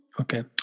Okay